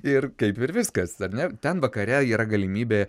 ir kaip ir viskas ar ne ten vakare yra galimybė